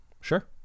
Sure